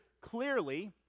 clearly